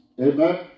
Amen